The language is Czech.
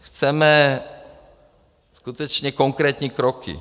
Chceme skutečně konkrétní kroky.